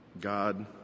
God